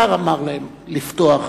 השר אמר להם לפתוח,